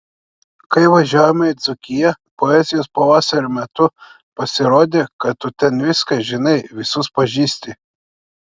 kai važiavome į dzūkiją poezijos pavasario metu pasirodė kad tu ten viską žinai visus pažįsti